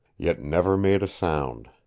yet never made a sound.